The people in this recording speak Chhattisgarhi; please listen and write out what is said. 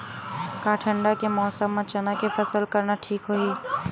का ठंडा के मौसम म चना के फसल करना ठीक होही?